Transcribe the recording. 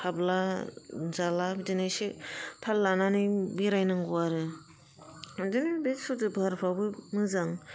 हाबला जाला बिदिनो एसे थाल लानानै बेरायनांगौ आरो बिदिनो बे सुरज' फाहारफ्रावबो मोजां